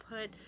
put